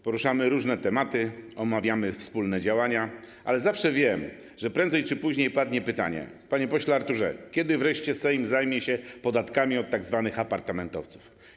Poruszamy różne tematy, omawiamy wspólne działania, ale zawsze wiem, że prędzej czy później padnie pytanie: Panie pośle Arturze, kiedy wreszcie Sejm zajmie się podatkami od tzw. apartamentowców?